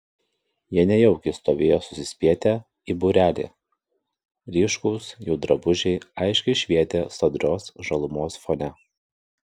jie nejaukiai stovėjo susispietę į būrelį ryškūs jų drabužiai aiškiai švietė sodrios žalumos fone